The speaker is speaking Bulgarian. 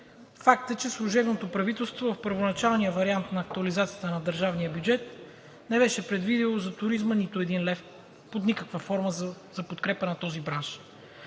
Факт е, че служебното правителство в първоначалния вариант на актуализацията на държавния бюджет не беше предвидило за туризма нито един лев под никаква форма за подкрепа на този бранш.